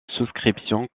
souscription